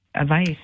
advice